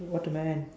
what a man